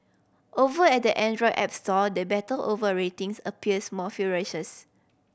over at the Android app store the battle over ratings appears more ferocious